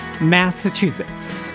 Massachusetts